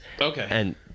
Okay